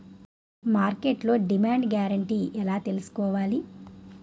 మార్కెట్లో demand guarantee ఎలా తెల్సుకోవాలి?